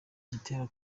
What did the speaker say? gitera